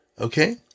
Okay